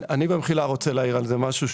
אני רוצה להעיר על זה משהו.